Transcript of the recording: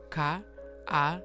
ką a